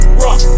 rock